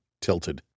tilted